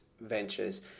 ventures